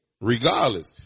regardless